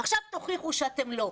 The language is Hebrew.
עכשיו תוכיחו שאתם לא.